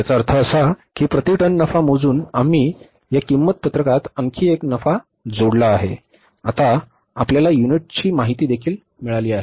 तर याचा अर्थ असा की प्रति टन नफा मोजून आम्ही या किंमत पत्रकात आणखी एक नफा जोडला आहे आता आपल्याला युनिटची माहिती देखील मिळाली आहे